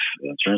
insurance